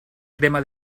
crema